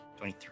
23